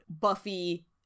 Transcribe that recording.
Buffy